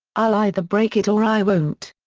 i'll either break it or i won't.